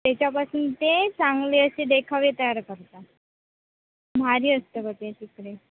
त्याच्यापासून ते चांगले असे देखावे तयार करतात भारी असतं बा ते तिकडे